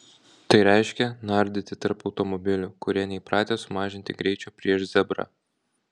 tai reiškia nardyti tarp automobilių kurie neįpratę sumažinti greičio prieš zebrą